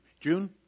June